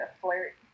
flirt